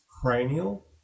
cranial